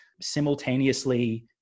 simultaneously